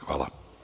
Hvala.